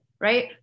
Right